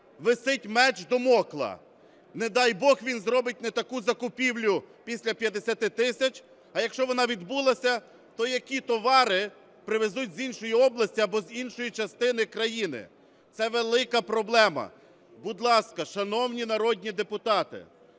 висить меч Дамокла. Не дай бог, він зробить не таку закупівлю після 50 тисяч. А якщо вона відбулася, то які товари привезуть з іншої області або з іншої частини країни? Це велика проблема. Будь ласка, шановні народні депутати,